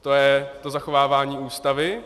To je to zachovávání Ústavy?